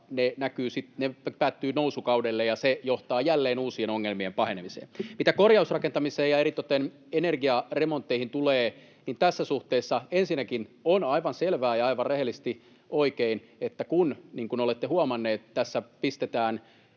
ne päättyvät nousukaudelle, ja se johtaa jälleen uusien ongelmien pahenemiseen. Mitä korjausrakentamiseen ja eritoten energiaremontteihin tulee, niin tässä suhteessa ensinnäkin on aivan selvää ja aivan rehellisesti oikein, että kun, niin kuin olette huomanneet, tässä pistetään